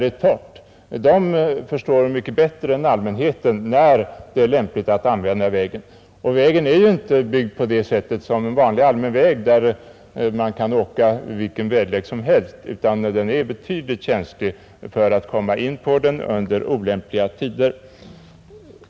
Dessa lastbilsförare förstår bättre än allmänheten när det är lämpligt att använda skogsbilvägarna. De berörda vägarna är inte byggda som vanliga allmänna vägar där man kan åka vid vilken väderlek som helst utan de är ofta mycket känsliga under olämpliga väderleksförhållanden.